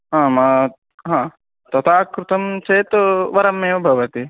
आम् हा तथा कृतं चेत् वरम्मेव भवति